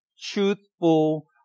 truthful